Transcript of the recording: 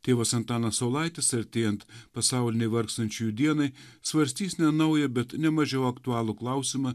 tėvas antanas saulaitis artėjant pasaulinei vargstančiųjų dienai svarstys ne naują bet ne mažiau aktualų klausimą